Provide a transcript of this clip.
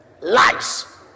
lies